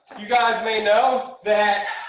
you guys may know that